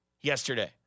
yesterday